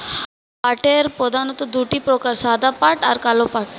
পাটের প্রধানত দুটি প্রকার সাদা পাট আর কালো পাট